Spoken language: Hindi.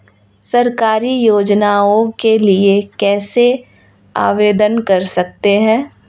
सरकारी योजनाओं के लिए कैसे आवेदन कर सकते हैं?